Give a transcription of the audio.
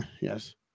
yes